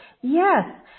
yes